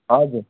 हजुर